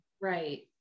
Right